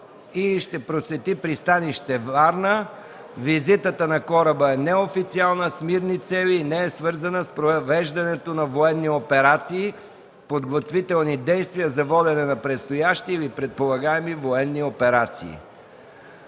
и ще посети пристанище Варна. Визитата на кораба е неофициална, с мирни цели и не е свързана с провеждането на военни операции, подготвителни действия за водене на предстоящи или предполагаеми военни операции.